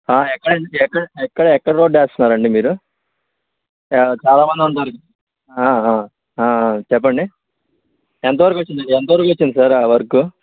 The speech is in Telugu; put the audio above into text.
ఎక్కడండి ఎక్కడ ఎక్కడ రోడ్డు వేస్తున్నారండి మీరు ఇప్పుడు చాలా మంది ఉంటారు ఆ చెప్పండి ఎంతవరకు వచ్చింది ఎంతవరకు వచ్చింది సార్ ఆ వర్క్